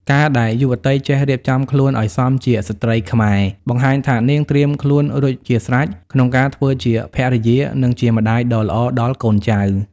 ការដែលយុវតីចេះ "រៀបចំខ្លួនឱ្យសមជាស្ត្រីខ្មែរ" បង្ហាញថានាងត្រៀមខ្លួនរួចជាស្រេចក្នុងការធ្វើជាភរិយា និងជាម្ដាយដ៏ល្អដល់កូនចៅ។